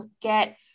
get